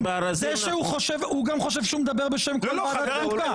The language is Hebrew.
הוא גם חושב שהוא מדבר בשם כל ועדת חקיקה.